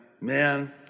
man